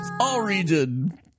all-region